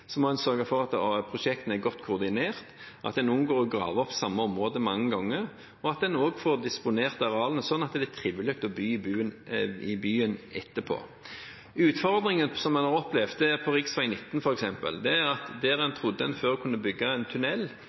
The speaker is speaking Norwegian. må en sørge for at prosjektene er godt koordinert, at en unngår å grave opp samme området mange ganger, og at en får disponert arealene slik at det er trivelig å bo i byen etterpå. Utfordringene som en har opplevd på rv. 19 f.eks., er at der en trodde en før kunne bygge en tunnel,